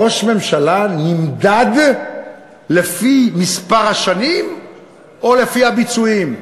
ראש ממשלה נמדד לפי מספר השנים או לפי הביצועים?